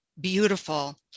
beautiful